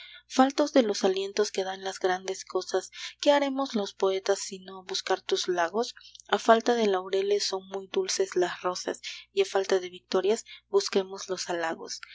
faltos de los alientos que dan las grandes cosas qué haremos los poetas sino buscar tus lagos a falta de laureles son muy dulces las rosas y a falta de victorias busquemos los halagos